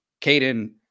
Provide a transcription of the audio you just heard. Caden